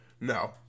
No